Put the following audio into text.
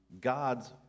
God's